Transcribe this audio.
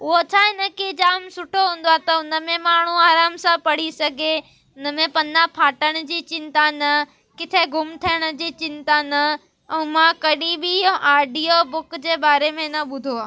उहा छा हिन खे जाम सुठो हूंदो आहे त उन में माण्हू आराम सां पढ़ी सघे इन में पना फाटण जी चिंता न किथे गुमु थियण जी चिंता न ऐं मां कॾहिं बि ऑडियो बुक जे बारे में न ॿुधो आहे